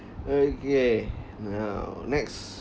okay now next